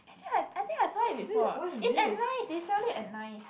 actually I I think I saw it before ah it's at nice they sell it at nice